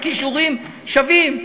הכישורים שווים.